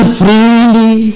freely